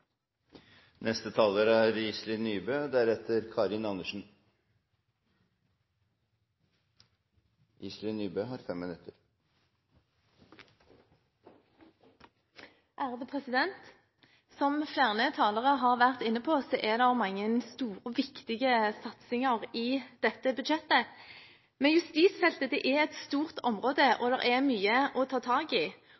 Som flere talere har vært inne på, er det mange store og viktige satsinger i dette budsjettet. Men justisfeltet er et stort område, og